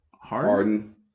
Harden